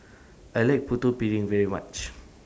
I like Putu Piring very much